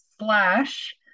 slash